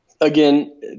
again